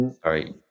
Sorry